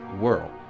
world